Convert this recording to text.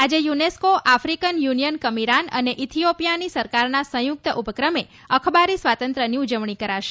આજે UNESCO African Union કમીરાન અને ઈથીઓપીયાની સરકારના સંયુક્ત ઉપક્રમે અખબારી સ્વાતંત્ર્યની ઉજવણી કરાશે